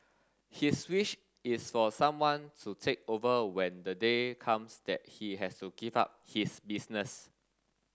his wish is for someone to take over when the day comes that he has to give up his business